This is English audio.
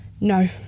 No